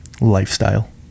lifestyle